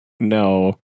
No